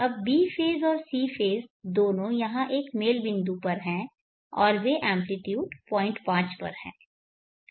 अब b phase और c phase दोनों यहां एक मेल बिन्दु पर हैं और वे एम्प्लीट्यूड 05 पर हैं